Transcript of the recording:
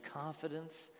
confidence